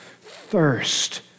thirst